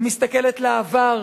ומסתכלת לעבר,